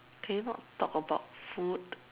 can you not talk about food